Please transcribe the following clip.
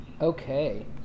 Okay